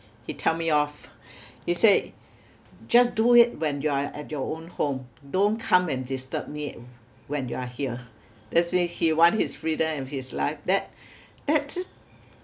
he tell me off he say just do it when you are at your own home don't come and disturb me when you are here that's mean he want his freedom in his life that that just